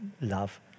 love